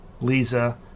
Lisa